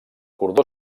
cordó